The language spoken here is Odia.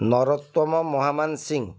ନରୋତ୍ତମ ମହାମାନସିଂ